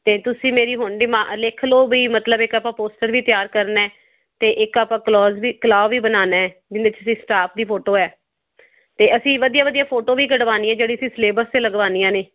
ਅਤੇ ਤੁਸੀਂ ਮੇਰੀ ਹੁਣ ਡਿਮਾਂ ਲਿਖ ਲਓ ਬਈ ਮਤਲਬ ਇੱਕ ਆਪਾਂ ਪੋਸਟਰ ਵੀ ਤਿਆਰ ਕਰਨਾ ਹੈ ਅਤੇ ਇੱਕ ਆਪਾਂ ਕਲੋਜ ਵੀ ਇਕੱਲਾ ਵੀ ਬਣਾਉਣਾ ਹੈ ਜਿਵੇਂ ਤੁਸੀਂ ਸਟਾਫ ਦੀ ਫੋਟੋ ਹੈ ਤਾਂ ਅਸੀਂ ਵਧੀਆ ਵਧੀਆ ਫੋਟੋ ਵੀ ਕਢਵਾਉਣੀ ਜਿਹੜੀ ਅਸੀਂ ਸਿਲੇਬਸ 'ਤੇ ਲਗਵਾਉਣੀਆਂ ਨੇ